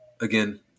Again